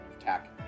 attack